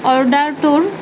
অৰ্ডাৰটোৰ